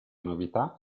novità